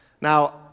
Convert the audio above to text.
Now